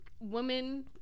women